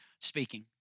speaking